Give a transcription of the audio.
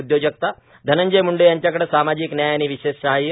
उद्योजकता धनंजय मुंडे यांच्याकडे सामाजिक न्याय आणि विशेष सहाय्य